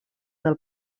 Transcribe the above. del